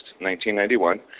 1991